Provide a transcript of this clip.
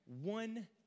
One